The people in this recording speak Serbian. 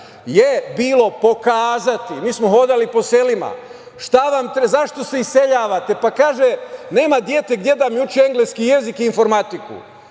je pokazati, mi smo hodali po selima, šta vam treba, zašto se iseljavate, pa kaže – nema dete gde da mi uči engleski jezik i informatiku.